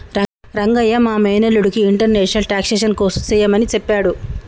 రంగయ్య మా మేనల్లుడికి international taxation course సెయ్యమని సెప్పాడు